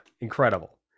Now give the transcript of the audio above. incredible